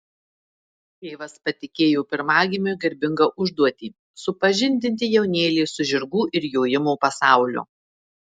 tėvas patikėjo pirmagimiui garbingą užduotį supažindinti jaunėlį su žirgų ir jojimo pasauliu